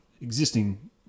existing